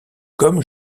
comme